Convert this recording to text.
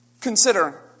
Consider